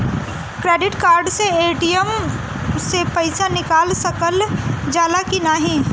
Credit card से ATM से पइसा निकाल सकल जाला की नाहीं?